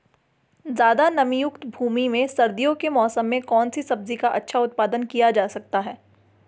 ज़्यादा नमीयुक्त भूमि में सर्दियों के मौसम में कौन सी सब्जी का अच्छा उत्पादन किया जा सकता है?